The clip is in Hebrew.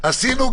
עשינו,